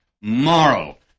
moral